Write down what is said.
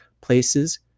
places